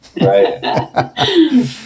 right